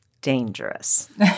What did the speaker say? dangerous